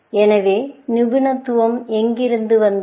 எனவே நிபுணத்துவம் எங்கிருந்து வந்தது